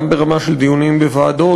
גם ברמה של דיונים בוועדות,